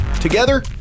Together